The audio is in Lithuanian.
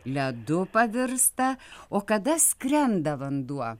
ledu pavirsta o kada skrenda vanduo